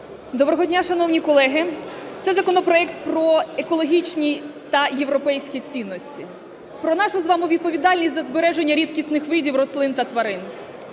Доброго дня, шановні колеги! Це законопроект про екологічні та європейські цінності, про нашу з вами відповідальність за збереження рідкісних видів рослин та тварин.